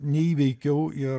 neįveikiau ir